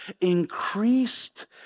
increased